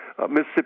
Mississippi